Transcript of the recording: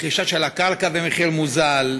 רכישה של הקרקע במחיר מוזל,